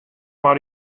mei